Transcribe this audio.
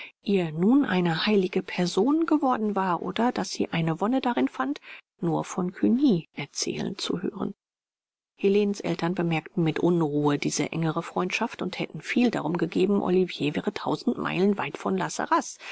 ihr nun eine heilige person geworden war oder daß sie eine wonne darin fand nur von cugny erzählen zu hören helenens eltern bemerkten mit unruhe diese engere freundschaft und hätten viel darum gegeben olivier wäre tausend meilen weit von la sarraz